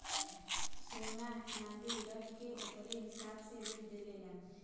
सोना च्नादी रख के ओकरे हिसाब से ऋण देवेला